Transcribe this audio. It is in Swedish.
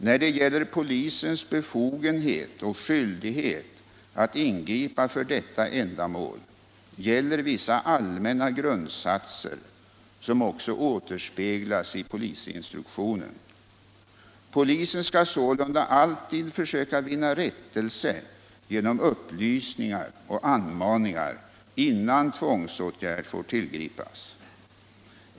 När det gäller polisens befogenhet och skyldighet att ingripa för detta ändamål gäller vissa allmänna grundsatser som också återspeglas i polisinstruktionen. Polisen skall sålunda alltid försöka vinna rättelse genom upplysningar och anmaningar, innan tvångsåtgärd får tillgripas.